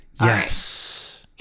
Yes